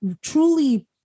truly